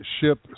ship